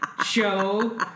Show